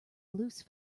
loose